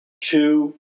two